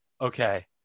okay